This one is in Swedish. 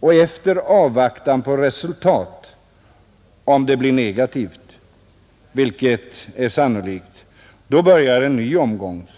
och resultat avvaktas samt, om resultatet blir negativt, vilket är sannolikt, en ny omgång påbörjas?